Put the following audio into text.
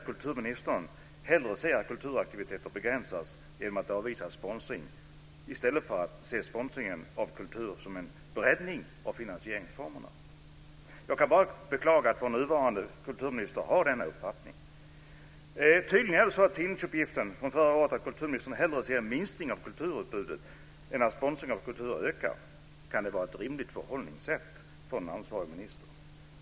Kulturministern ser hellre att kulturaktiviteter begränsas genom att avvisa sponsring än att se sponsringen av kultur som en breddning av finansieringsformerna. Jag kan bara beklaga att vår nuvarande kulturminister har denna uppfattning. Tydligen är det så, enligt tidningsuppgifter från förra året, att kulturministern hellre ser en minskning av kulturutbudet än att sponsring av kultur ökar. Kan det vara ett rimligt förhållningssätt för en ansvarig minister?